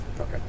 Okay